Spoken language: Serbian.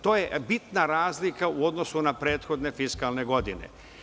To je bitna razlika u odnosu na prethodne fiskalne godine.